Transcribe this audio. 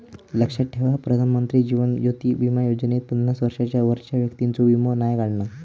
लक्षात ठेवा प्रधानमंत्री जीवन ज्योति बीमा योजनेत पन्नास वर्षांच्या वरच्या व्यक्तिंचो वीमो नाय काढणत